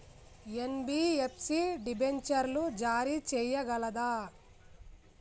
NBFC డిబెంచర్లు జారీ చేయగలదా?